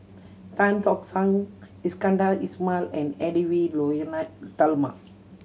Tan Tock San Iskandar Ismail and Edwy Lyonet Talma